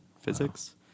physics